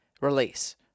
release